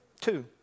Two